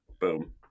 Boom